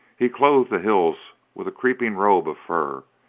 he clothed the hills with a creeping robe of fur,